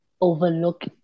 overlook